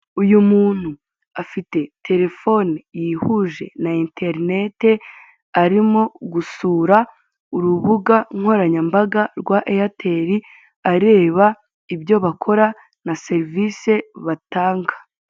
Uyu muntu afite terefone yihuje na eterinete, arimo gusura urubuga nkoranyambaga rwa Eyateri, areba ibyo bakora na serivise batanga.